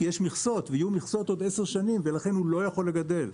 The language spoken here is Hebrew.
כי יש מכסות ויהיו מכסות עוד עשר שנים ולכן הוא לא יכול לגדל.